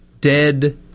dead